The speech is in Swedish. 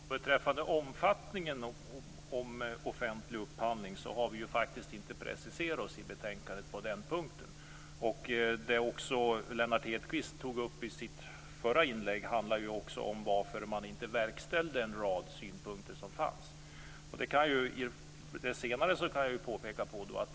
Fru talman! Beträffande omfattningen av den offentliga upphandlingen har vi faktiskt inte preciserat oss i betänkandet. Lennart Hedquist frågade i sitt förra inlägg varför en rad synpunkter som framförts inte har verkställts.